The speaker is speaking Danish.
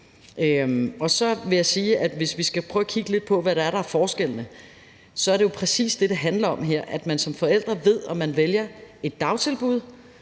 fald undret mig. Hvis vi skal prøve at kigge lidt på, hvad det er, der er forskellene, vil jeg sige, at præcis det, det handler om her, er, at man som forældre ved, om man vælger et dagtilbud,